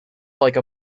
like